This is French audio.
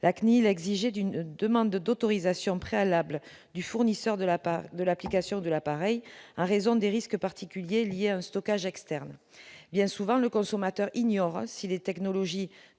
la CNIL exigeait une demande d'autorisation préalable du fournisseur de l'application ou de l'appareil, en raison des risques particuliers liés à un stockage externe. Bien souvent, le consommateur ignore si les technologies